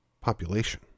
population